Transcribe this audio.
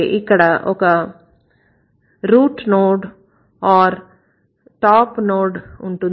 ఇక్కడ ఒక root node లేదా టాప్ నోడ్ ఉంటుంది